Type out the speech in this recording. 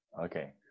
Okay